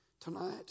tonight